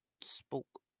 Spoke